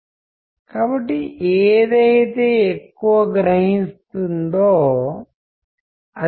మీరు ఆశ్చర్యపోతారు కమ్యూనికేట్ చేయనిది అంటూ ఏదైనా కనుక్కోవడం చాలా కష్టం అవుతుందేమో